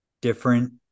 different